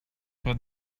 what